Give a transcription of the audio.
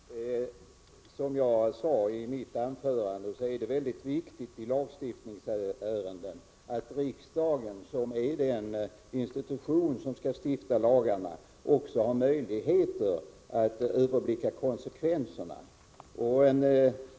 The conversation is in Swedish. Herr talman! Som jag sade i mitt anförande, är det väldigt viktigt i lagstiftningsärenden att riksdagen, som är den institution som skall stifta lagarna, också har möjligheter att överblicka konsekvenserna.